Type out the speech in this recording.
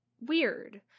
weird